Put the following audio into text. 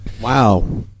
Wow